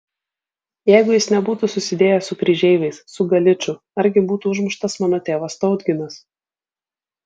jeigu jis nebūtų susidėjęs su kryžeiviais su galiču argi būtų užmuštas mano tėvas tautginas